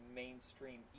mainstream